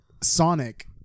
Sonic